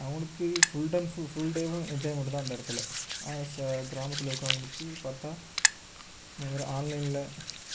அவுனுக்கு full and full full டேவும் என்ஜாய்மென்ட்டுதான் அந்த இடத்துல கிராமத்தில் இருக்கவங்களுக்கு பார்த்தா இந்த மாதிரி ஆன்லைனில்